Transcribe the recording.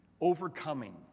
overcoming